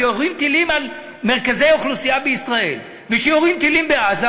שיורים טילים על מרכזי אוכלוסייה בישראל ושיורים טילים בעזה,